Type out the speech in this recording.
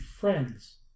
friends